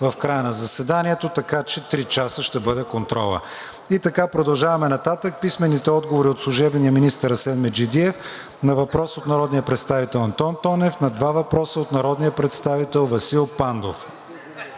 в края на заседанието. Така че три часа ще бъде контролът. Продължаваме нататък. Писмените отговори от: - служебния министър Асен Меджидиев на въпрос от народния представител Антон Тонев; на два въпроса от народния представител Васил Пандов;